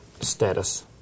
status